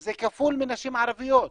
זה כפול מנשים ערביות.